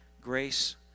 grace